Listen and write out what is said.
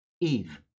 Eve